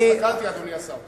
אני הסתכלתי, אדוני השר.